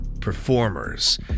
performers